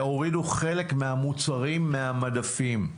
והורידו חלק מהמוצרים מהמדפים.